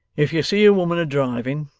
if you see a woman a driving,